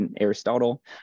Aristotle